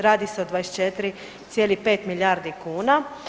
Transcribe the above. Radi se od 24,5 milijardi kuna.